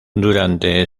durante